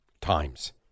times